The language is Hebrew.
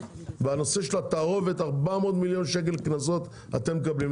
והנושא של התערובת 400 מיליון שקל קנסות אתם מקבלים.